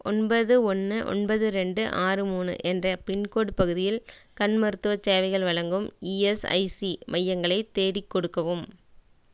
ஒன்பது ஒன்று ஒன்பது ரெண்டு ஆறு மூணு என்ற பின்கோடு பகுதியில் கண் மருத்துவச் சேவைகள் வழங்கும் இஎஸ்ஐசி மையங்களை தேடிக் கொடுக்கவும்